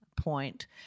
point